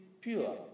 pure